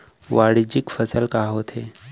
वाणिज्यिक फसल का होथे?